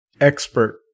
expert